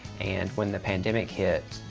and when the pandemic hit,